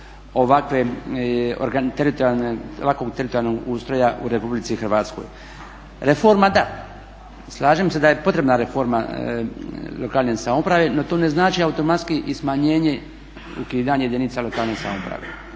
ovakvog teritorijalnog ustroja u Republici Hrvatskoj. Reforma da, slažem se da je potrebna reforma lokalne samouprave, no to ne znači automatski i smanjenje, ukidanje jedinica lokalne samouprave.